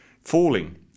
falling